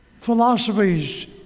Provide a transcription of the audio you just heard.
philosophies